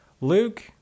Luke